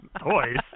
Toys